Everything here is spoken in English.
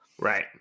Right